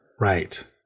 Right